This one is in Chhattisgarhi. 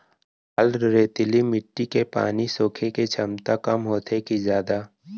लाल रेतीली माटी के पानी सोखे के क्षमता कम होथे की जादा?